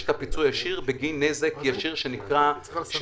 את הפיצוי הישיר בגין נזק ישיר של האזרחים,